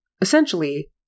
essentially